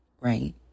Right